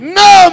no